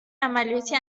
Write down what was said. عملیاتی